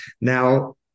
now